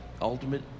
ultimate